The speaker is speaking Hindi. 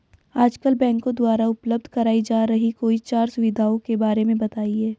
आजकल बैंकों द्वारा उपलब्ध कराई जा रही कोई चार सुविधाओं के बारे में बताइए?